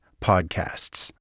podcasts